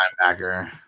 linebacker